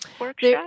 workshop